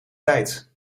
tijd